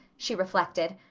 she reflected.